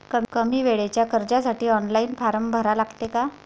कमी वेळेच्या कर्जासाठी ऑनलाईन फारम भरा लागते का?